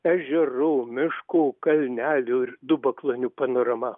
ežerų miškų kalnelių ir dubaklonių panorama